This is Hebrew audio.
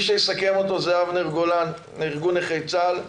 יסכם אותו אבנר גולן מארגון נכי צה"ל.